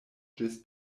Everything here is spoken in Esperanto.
ĝis